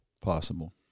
Possible